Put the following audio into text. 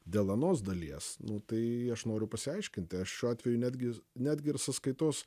dėl anos dalies nu tai aš noriu pasiaiškinti aš šiuo atveju netgi netgi ir sąskaitos